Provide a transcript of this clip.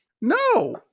No